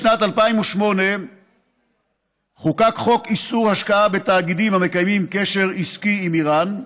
בשנת 2008 חוקק חוק איסור השקעה בתאגידים המקיימים קשר עסקי עם איראן,